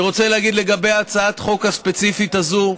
אני רוצה להגיד לגבי הצעת החוק הספציפית הזאת: